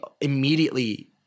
immediately